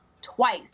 Twice